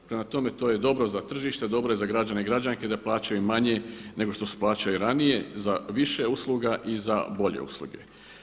Prema tome, to je dobro za tržište, dobro je za građane i građanke da plaćaju manje nego što su plaćali ranije za više usluga i za bolje usluge.